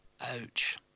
Ouch